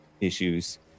issues